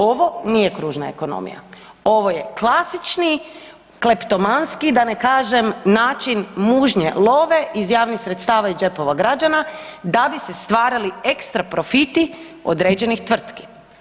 Ovo nije kružna ekonomija, ovo je klasični kleptomanski da ne kažem način mužnje love iz javnih sredstava i džepova građana da bi se stvarali ekstra profiti određenih tvrtki.